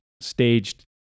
staged